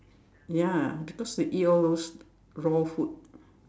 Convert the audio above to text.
ya because they eat all those raw food